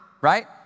right